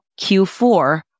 Q4